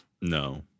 No